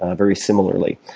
ah very similarly,